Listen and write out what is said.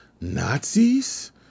Nazis